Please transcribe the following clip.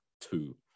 two